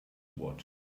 what